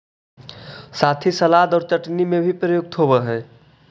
साथ ही सलाद और चटनी में भी प्रयुक्त होवअ हई